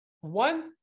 One